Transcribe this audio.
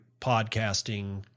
podcasting